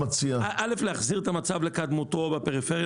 מבחינת איזונים רווחים והפסדים מה יצא מהרפורמה?